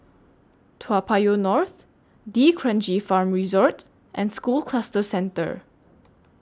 Toa Payoh North D'Kranji Farm Resort and School Cluster Centre